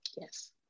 Yes